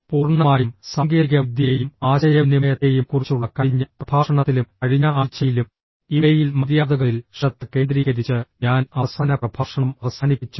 പൂർണ്ണമായും സാങ്കേതികവിദ്യയെയും ആശയവിനിമയത്തെയും കുറിച്ചുള്ള കഴിഞ്ഞ പ്രഭാഷണത്തിലും കഴിഞ്ഞ ആഴ്ചയിലും ഇമെയിൽ മര്യാദകളിൽ ശ്രദ്ധ കേന്ദ്രീകരിച്ച് ഞാൻ അവസാന പ്രഭാഷണം അവസാനിപ്പിച്ചു